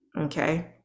Okay